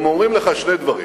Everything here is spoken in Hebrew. הם אומרים לך שני דברים: